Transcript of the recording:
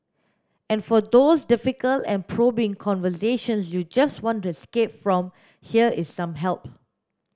and for those difficult and probing conversations you just want to escape from here is some help